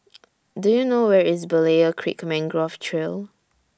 Do YOU know Where IS Berlayer Creek Mangrove Trail